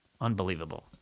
Unbelievable